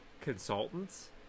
consultants